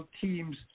teams